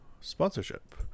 sponsorship